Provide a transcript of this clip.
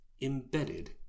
embedded